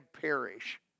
perish